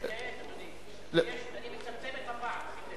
אני מצמצם את הפער.